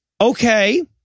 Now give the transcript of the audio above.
Okay